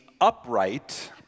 upright